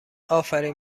آفرین